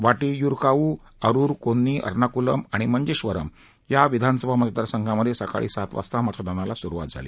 वाटियूरकावु अरूर कोन्नी एर्नाकुलम आणि मंजेश्वरम या विधानसभा मतदारसंघामधे आज सकाळी सात वाजता मतदानाला सुरुवात झाली